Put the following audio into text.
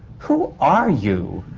who are you?